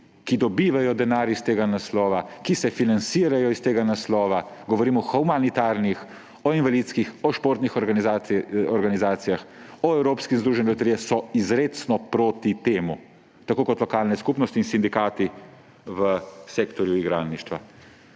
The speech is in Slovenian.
ki dobivajo denar s tega naslova, ki se financirajo s tega naslova, govorimo o humanitarnih, o invalidskih, o športnih organizacijah, o evropskem združenju loterij, so izrecno proti temu, tako kot lokalne skupnosti in sindikati v sektorju igralništva.